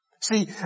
See